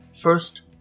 First